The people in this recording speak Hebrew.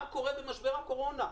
מה קורה במשבר הקורונה.